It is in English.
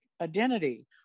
identity